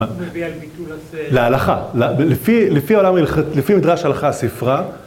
להלכה, לפי עולם ה... לפי מדרש הלכה ספרה